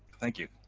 thank you.